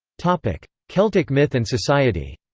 celtic celtic myth and society